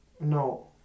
no